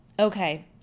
Okay